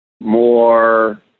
more